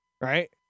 Right